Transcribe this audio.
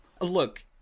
Look